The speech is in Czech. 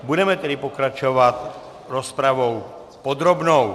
Budeme tedy pokračovat rozpravou podrobnou.